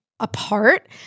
Apart